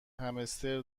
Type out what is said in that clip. همستر